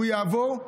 והוא יעבור,